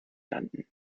landen